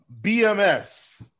bms